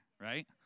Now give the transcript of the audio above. right